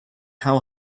how